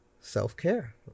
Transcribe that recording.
self-care